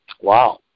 Wow